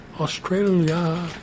Australia